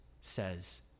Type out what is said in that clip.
says